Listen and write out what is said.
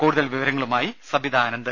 കൂടുതൽ വിവരങ്ങളുമായി സബിത ആനന്ദ്